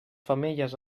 femelles